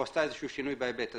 או עשתה איזשהו שינוי בהיבט הזה,